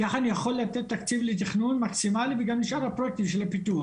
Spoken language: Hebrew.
כך אני יכול לתת תקציב לתכנון מקסימלי וגם לשאר הפרויקטים של הפיתוח.